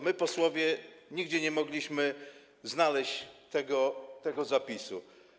My, posłowie, nigdzie nie mogliśmy znaleźć tego zapisu.